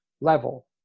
level